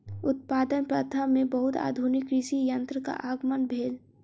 उत्पादन प्रथा में बहुत आधुनिक कृषि यंत्रक आगमन भेल